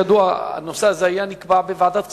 כידוע, הנושא הזה היה נקבע בוועדת כספים.